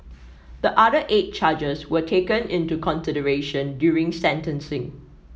the other eight charges were taken into consideration during sentencing